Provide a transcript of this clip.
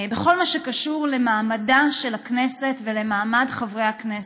בכל הקשור למעמדה של הכנסת ולמעמד חברי הכנסת.